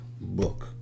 book